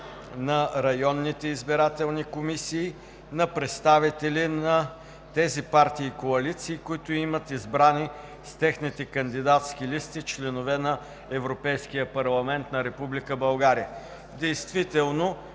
на районните избирателни комисии, на представители на тези партии и коалиции, които имат избрани с техните кандидатски листи членове на Европейския парламент на Република